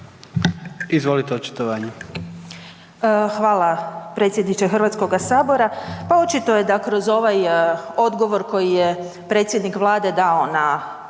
Izvolite očitovanje.